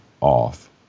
off